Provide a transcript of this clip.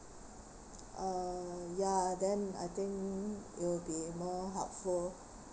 uh ya then I think it will be more helpful